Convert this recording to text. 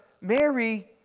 Mary